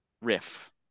riff